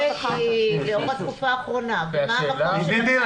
לאור התקופה האחרונה זה עולה.